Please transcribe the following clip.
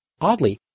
Oddly